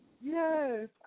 Yes